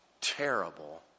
terrible